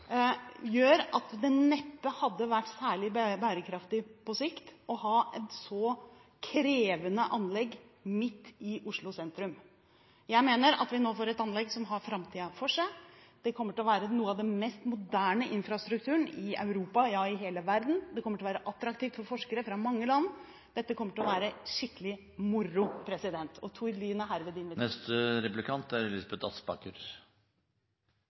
gjør at det neppe hadde vært særlig bærekraftig på sikt å ha et så krevende anlegg midt i Oslo sentrum. Jeg mener at vi nå får et anlegg som har framtiden for seg. Det kommer til å ha den mest moderne infrastrukturen i Europa, ja i hele verden. Det kommer til å være attraktivt for forskere fra mange land. Dette kommer til å bli skikkelig moro, og Tord Lien er herved invitert. Lærernes kompetanse er